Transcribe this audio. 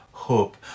hope